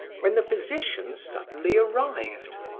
when the physician suddenly arrived.